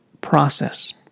process